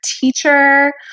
teacher